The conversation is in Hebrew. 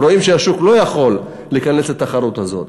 רואים שהשוק לא יכול להיכנס לתחרות הזאת.